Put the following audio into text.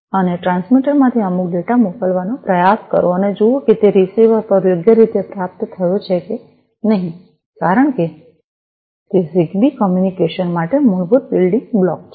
અને ટ્રાન્સમીટર માંથી અમુક ડેટા મોકલવાનો પ્રયાસ કરો અને જુઓ કે તે રીસીવર પર યોગ્ય રીતે પ્રાપ્ત થયો છે કે નહીં કારણ કે તે જિગબી કોમ્યુનિકેશન માટે મૂળભૂત બિલ્ડીંગ બ્લોક છે